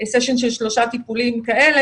סשיין של שלושה טיפולים כאלה,